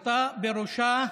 נורתה בראשה.